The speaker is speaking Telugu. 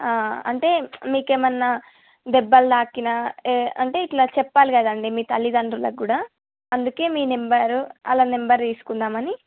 అంటే మీకేమన్నా దెబ్బలు తాకినా అంటే ఇట్లా చెప్పాలి కదా అండి మీ తల్లిదండ్రులకు కూడా అందుకే మీ నెంబరు వాళ్ళ నెంబరు తీసుకుందామని